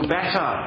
better